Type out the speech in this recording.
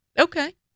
Okay